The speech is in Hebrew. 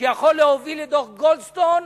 מה שיכול להוביל לדוח-גולדסטון,